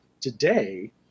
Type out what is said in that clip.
today